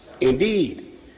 Indeed